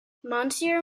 monsieur